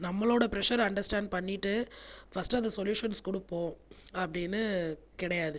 நம்மளோடய pressure understand பண்ணிகிட்டு first solutions கொடுப்போம் அப்படின்னு கிடையாது